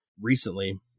Recently